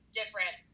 different